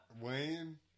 Wayne